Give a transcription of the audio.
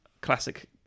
classic